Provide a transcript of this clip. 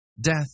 Death